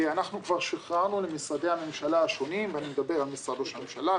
אנחנו כבר שחררנו למשרדי הממשלה השונים - ואני מדבר משרד ראש הממשלה,